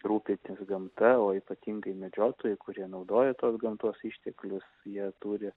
rūpintis gamta o ypatingai medžiotojai kurie naudoja tuos gamtos išteklius jie turi